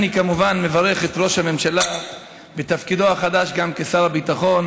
אני כמובן מברך את ראש הממשלה בתפקידו החדש גם כשר הביטחון,